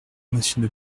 monsieur